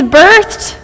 birthed